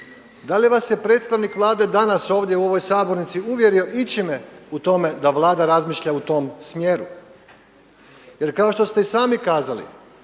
Da li vas je predstavnik Vlade danas ovdje u ovoj sabornici uvjerio ičime u tome da Vlada razmišlja u tom smjeru. Jer kao što ste i sami kazali